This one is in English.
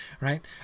right